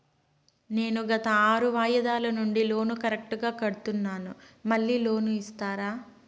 నేను గత ఆరు వాయిదాల నుండి లోను కరెక్టుగా కడ్తున్నాను, మళ్ళీ లోను ఇస్తారా?